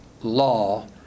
law